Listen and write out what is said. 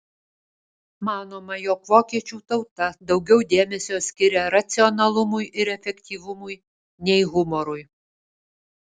manoma jog vokiečių tauta daugiau dėmesio skiria racionalumui ir efektyvumui nei humorui